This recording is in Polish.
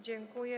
Dziękuję.